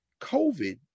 COVID